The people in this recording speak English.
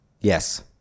yes